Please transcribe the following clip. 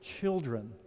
children